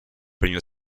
premio